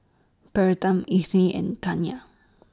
Bertram Edythe and Taniya